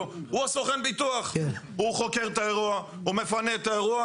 כנס ---, תראה את כל העבודות.